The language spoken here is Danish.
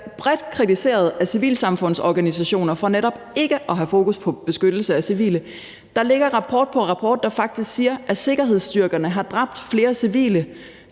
bredt kritiseret af civilsamfundsorganisationer for netop ikke at have fokus på beskyttelse af civile. Der ligger rapport på rapport, der faktisk siger, at sikkerhedsstyrkerne har dræbt flere civile,